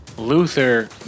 Luther